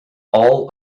all